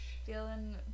feeling